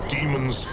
Demons